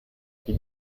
wie